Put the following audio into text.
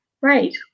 Right